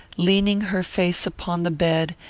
leaning her face upon the bed,